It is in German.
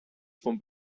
vom